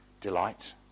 delight